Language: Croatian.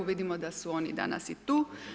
Vidimo da su oni danas i tu.